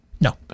no